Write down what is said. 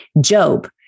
Job